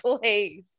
place